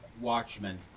watchmen